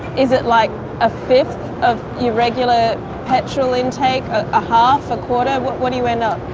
is it like a fifth your regular petrol intake, a half, a quarter? what what do you end up